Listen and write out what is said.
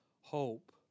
hope